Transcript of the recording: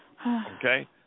Okay